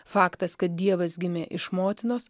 faktas kad dievas gimė iš motinos